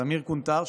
סמיר קונטאר,